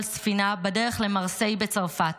על ספינה בדרך למרסיי בצרפת